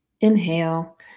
Inhale